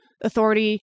Authority